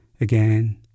again